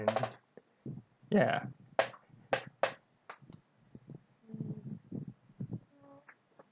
ya